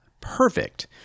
perfect